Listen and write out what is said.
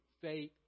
faith